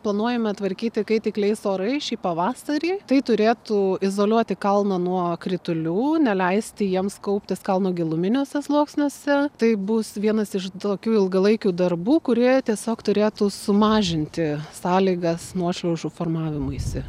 planuojame tvarkyti kai tik leis orai šį pavasarį tai turėtų izoliuoti kalną nuo kritulių neleisti jiems kauptis kalno giluminiuose sluoksniuose tai bus vienas iš tokių ilgalaikių darbų kurie tiesiog turėtų sumažinti sąlygas nuošliaužų formavimuisi